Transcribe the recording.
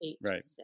Right